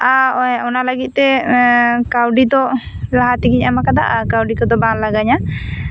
ᱚᱱᱟ ᱞᱟᱹᱜᱤᱫ ᱛᱮ ᱠᱟᱹᱣᱰᱤ ᱫᱚ ᱞᱟᱦᱟ ᱛᱮᱜᱮᱧ ᱮᱢ ᱟᱠᱟᱫᱟ ᱟᱨ ᱠᱟᱹᱣᱰᱤ ᱠᱚ ᱫᱚ ᱵᱟᱝ ᱞᱟᱜᱟ ᱟᱹᱧᱟᱹ